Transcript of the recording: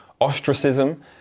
ostracism